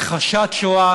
הכחשת שואה